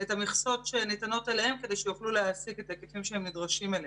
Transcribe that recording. את המכסות שניתנות להם כדי שיוכלו להעסיק את ההיקפים שהם נדרשים להם.